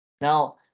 Now